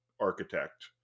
architect